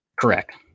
Correct